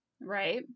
right